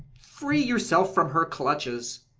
free yourself from her clutches!